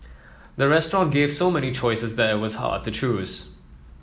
the restaurant gave so many choices that it was hard to choose